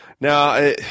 Now